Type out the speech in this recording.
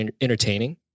entertaining